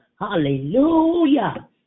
Hallelujah